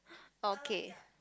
okay